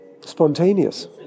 spontaneous